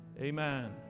Amen